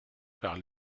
par